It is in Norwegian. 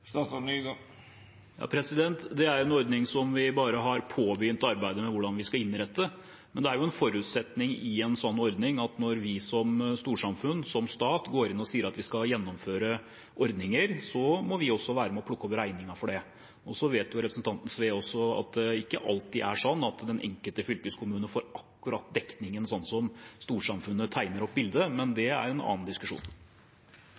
en ordning som vi bare har påbegynt arbeidet med, hvordan vi skal innrette det, men det er en forutsetning at når vi som storsamfunn, som stat, går inn og sier at vi skal gjennomføre slike ordninger, må vi også være med og plukke opp regningen for det. Så vet representanten Sve også at det ikke alltid er sånn at den enkelte fylkeskommune får akkurat den dekningen sånn som storsamfunnet tegner opp bildet, men